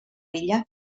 vella